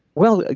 well,